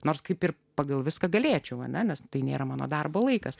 nors kaip ir pagal viską galėčiau anelės tai nėra mano darbo laikas